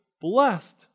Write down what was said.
blessed